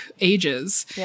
ages